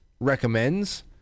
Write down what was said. recommends